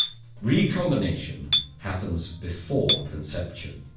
recombination happens before conception,